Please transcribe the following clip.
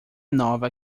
nova